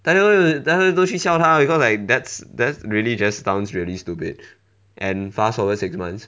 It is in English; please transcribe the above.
他们都 then 他们都取笑他 because like that's that's really just sounds really stupid and fast forward six months